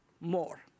more